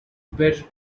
better